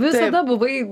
visada buvai